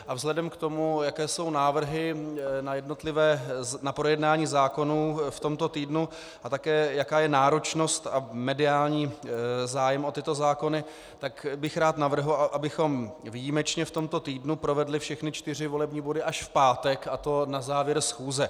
A vzhledem k tomu, jaké jsou návrhy na projednání zákonů v tomto týdnu a také jaká je náročnost a mediální zájem o tyto zákony, tak bych rád navrhl, abychom výjimečně v tomto týdnu provedli všechny čtyři volební body až v pátek, a to na závěr schůze.